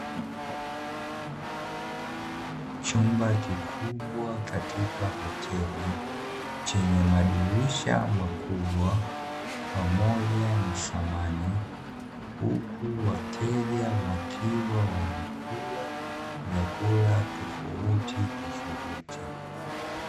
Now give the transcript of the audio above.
Chumba kikubwa katika hoteli chenye madirisha makubwa pamoja na samani, huku wateja wakiwa wanakula vyakula tofautitofauti.